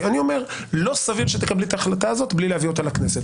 - שלא סביר שתקבלי את ההחלטה הזאת בלי להביא אותה לכנסת.